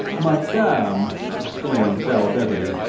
madame! exclaimed val beverley,